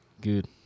Good